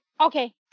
Okay